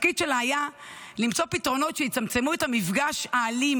התפקיד שלה היה למצוא פתרונות שיצמצמו את המפגש האלים